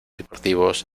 deportivos